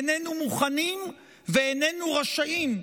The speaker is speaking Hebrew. איננו מוכנים ואיננו רשאים,